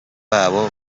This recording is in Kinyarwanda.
abo